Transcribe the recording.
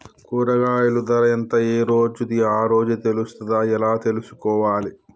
కూరగాయలు ధర ఎంత ఏ రోజుది ఆ రోజే తెలుస్తదా ఎలా తెలుసుకోవాలి?